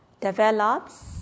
develops